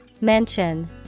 mention